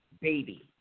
baby